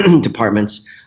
departments